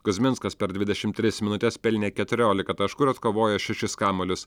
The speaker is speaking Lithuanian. kuzminskas per dvidešimt tris minutes pelnė keturiolika taškų ir atkovojo šešis kamuolius